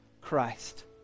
Christ